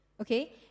okay